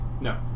No